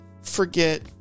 forget